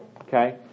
okay